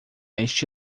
este